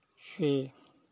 से